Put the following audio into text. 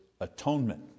Atonement